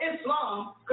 Islam